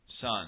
son